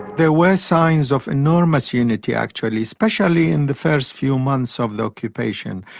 there were signs of enormous unity actually, especially in the first few months of the occupation.